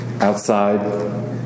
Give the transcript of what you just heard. outside